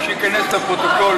אבל כדאי שייכנס לפרוטוקול,